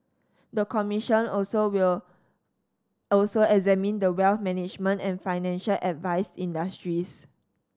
the commission also will also examine the wealth management and financial advice industries